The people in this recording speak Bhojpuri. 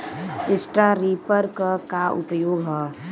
स्ट्रा रीपर क का उपयोग ह?